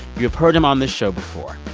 you have heard him on this show before.